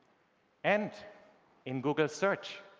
and in google search,